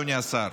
אדוני השר,